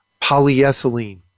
polyethylene